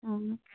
ꯎꯝ